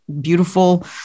beautiful